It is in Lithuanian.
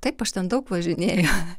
taip aš ten daug važinėju